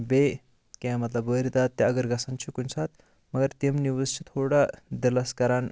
بیٚیہِ کیاہ مَطلَب وٲرۍ دات تہِ اگر گَژھان چھُ کُنہِ ساتہٕ مگر تِم نِوٕز چھِ تھوڑا دِلَس کَران